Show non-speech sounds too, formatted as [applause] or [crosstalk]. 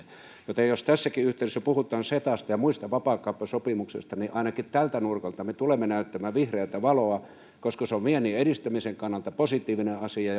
joten jos tässäkin yhteydessä puhutaan cetasta ja muista vapaakauppasopimuksista niin ainakin tältä nurkalta me tulemme näyttämään vihreätä valoa koska se on viennin edistämisen kannalta positiivinen asia [unintelligible]